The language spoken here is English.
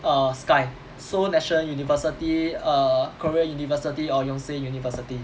err S_K_Y seoul national university err korea university or yonsei university